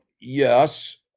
Yes